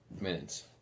minutes